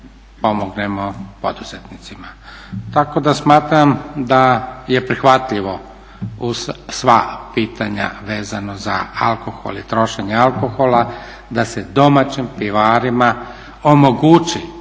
pomognemo poduzetnicima. Tako da smatram da je prihvatljivo uz sva pitanja vezano za alkohol i trošenje alkohola da se domaćim pivarima omogući